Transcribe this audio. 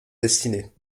destinées